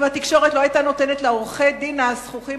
אם התקשורת לא היתה נותנת לעורכי-דין הזחוחים